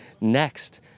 next